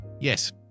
Yes